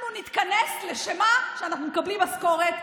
אנחנו נתכנס לשם מה שאנחנו מקבלים בשבילו משכורת,